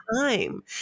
time